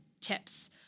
tips